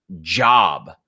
job